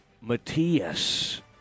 Matias